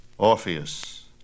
Orpheus